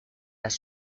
las